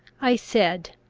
i said,